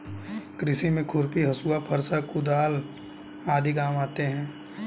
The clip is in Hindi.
कृषि में खुरपी, हँसुआ, फरसा, कुदाल आदि काम आते है